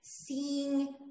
Seeing